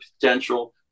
potential